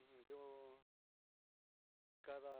unndio kada